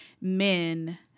men